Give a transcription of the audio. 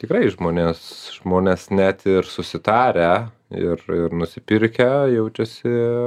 tikrai žmonės žmonės net ir susitarę ir ir nusipirkę jaučiasi